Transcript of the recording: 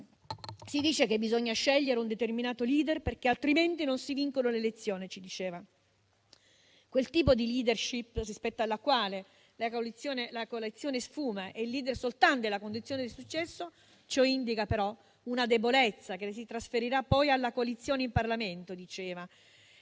si dice che bisogna scegliere un determinato *leader* perché altrimenti non si vincono le elezioni; quel tipo di *leadership* rispetto alla quale la coalizione sfuma e il *leader* soltanto è la condizione di successo indica però una debolezza che si trasferirà poi alla coalizione in Parlamento.